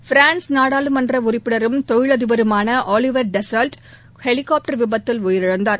France நாடாளுமன்ற உறுப்பினரும் தொழிலதிபருமான ஆலிவர் டசாவ்ட் ஹெலிகாப்டர் விபத்தில் உயிரிழந்தார்